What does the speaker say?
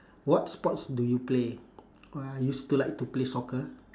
what sports do you play uh I used to like to play soccer